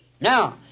Now